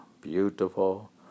beautiful